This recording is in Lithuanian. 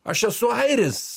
aš esu airis